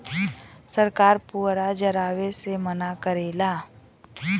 सरकार पुअरा जरावे से मना करेला